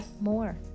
more